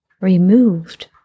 removed